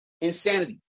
insanity